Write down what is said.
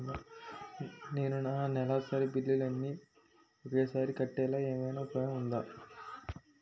నేను నా నెలసరి బిల్లులు అన్ని ఒకేసారి కట్టేలాగా ఏమైనా ఉపాయం ఉందా?